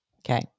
Okay